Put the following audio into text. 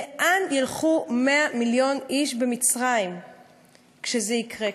לאן ילכו 100 מיליון איש במצרים כשזה יקרה,